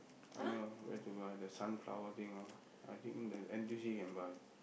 I know where to buy the sunflower thing all I think the N_T_U_C can buy